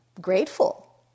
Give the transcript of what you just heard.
grateful